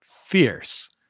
fierce